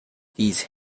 these